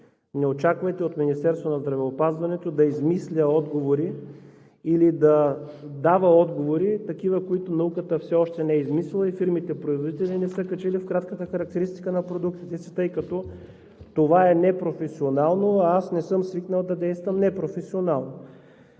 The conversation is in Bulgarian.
Не очаквайте от Министерството на здравеопазването да измисля отговори или да дава отговори такива, каквито науката все още не е измислила и фирмите производители не са качили в кратката характеристика на продуктите си, тъй като това е непрофесионално, а аз не съм свикнал да действам непрофесионално.